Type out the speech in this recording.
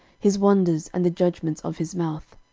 his wonders, and the judgments of his mouth